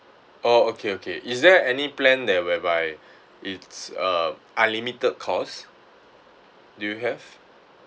orh okay okay is there any plan there whereby it's uh unlimited calls do you have